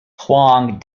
hwang